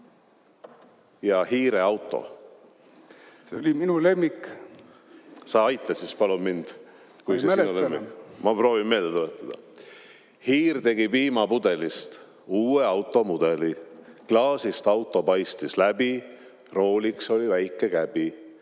"Hiire auto". See oli minu lemmik. Sa aita siis palun mind järele. Kui ma mäletan. Ma proovin meelde tuletada. Hiir tegi piimapudelistuue automudeli. Klaasist auto paistis läbi, rooliks oli väike